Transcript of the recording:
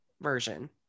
version